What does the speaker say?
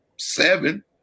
seven